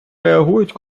реагують